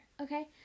okay